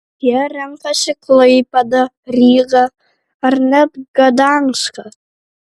jie renkasi klaipėdą rygą ar net gdanską